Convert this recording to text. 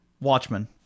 Watchmen